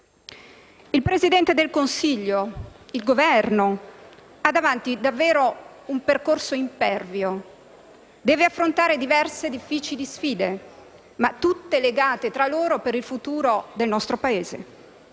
Il Presidente del Consiglio e il Governo hanno davanti un percorso davvero impervio; devono affrontare diverse difficili sfide - ma tutte legate fra loro - per il futuro del nostro Paese.